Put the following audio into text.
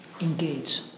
engage